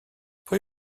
pwy